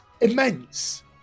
immense